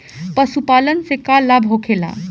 पशुपालन से का लाभ होखेला?